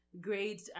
great